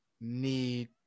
need